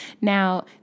Now